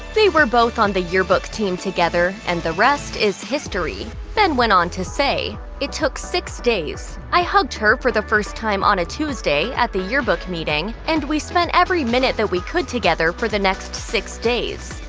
they were both on the yearbook team together, and the rest is history. ben went on to say, it took six days. i hugged her for the first time on a tuesday, at the yearbook meeting, and we spent every minute that we could together for the next six days.